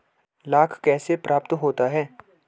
लाख कैसे प्राप्त होता है?